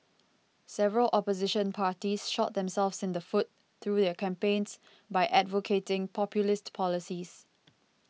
several opposition parties shot themselves in the foot through their campaigns by advocating populist policies